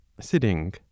sitting